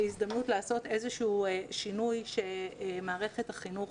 כהזדמנות לעשות איזה שהוא שינוי שמערכת החינוך